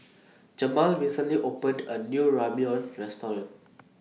Jamaal recently opened A New Ramyeon Restaurant